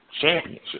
championship